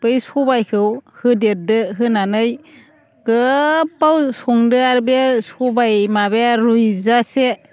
बै सबायखौ होदेरदो होनानै गोबाव संदो आरो बे सबाय माबाया रुइजासे